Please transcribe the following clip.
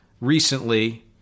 recently